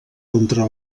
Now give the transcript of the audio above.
contra